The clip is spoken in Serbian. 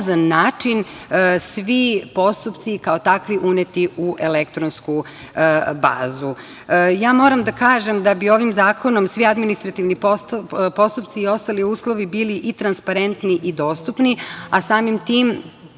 način svi postupci i kao takvi uneti u elektronsku bazu. Moram da kažem da bi ovim zakonom svi administrativni postupci i ostali uslovi bili i transparentni i dostupni, a samim tim